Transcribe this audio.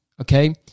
okay